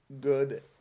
good